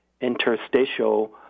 interstitial